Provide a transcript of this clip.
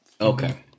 Okay